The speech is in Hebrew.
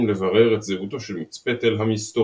לברר את זהותו של מיץ פטל המסתורי.